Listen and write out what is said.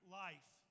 life